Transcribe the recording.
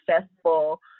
successful